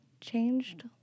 Changed